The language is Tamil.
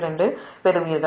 252 பெறுவீர்கள்